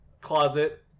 closet